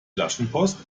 flaschenpost